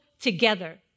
together